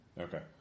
Okay